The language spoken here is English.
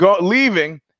leaving